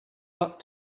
luck